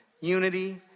unity